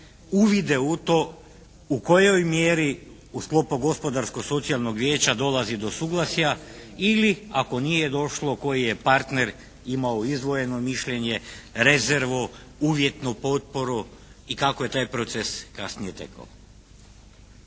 uvide u to u kojoj mjeri u sklopu Gospodarsko-socijalnog vijeća dolazi do suglasja ili ako nije došlo koji je partner imao izdvojeno mišljenje, rezervu, uvjetnu potporu i kako je taj proces kasnije tekao.